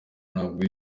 ntabwo